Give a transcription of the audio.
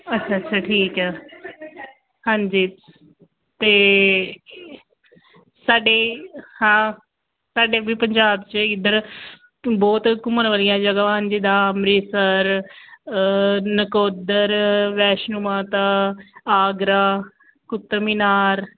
ਅੱਛਾ ਅੱਛਾ ਠੀਕ ਆ ਹਾਂਜੀ ਅਤੇ ਸਾਡੇ ਹਾਂ ਸਾਡੇ ਵੀ ਪੰਜਾਬ 'ਚ ਇੱਧਰ ਬਹੁਤ ਘੁੰਮਣ ਵਾਲੀਆਂ ਜਗ੍ਹਾਵਾਂ ਹਨ ਜਿੱਦਾਂ ਅੰਮ੍ਰਿਤਸਰ ਨਕੋਦਰ ਵੈਸ਼ਨੂੰ ਮਾਤਾ ਆਗਰਾ ਕੁਤਬਮੀਨਾਰ